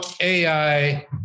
AI